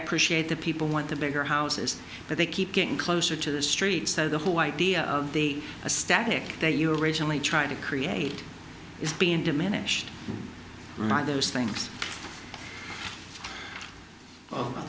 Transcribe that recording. appreciate that people want the bigger houses but they keep getting closer to the street so the whole idea of the static that you originally tried to create is being diminished by those things o